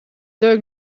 deuk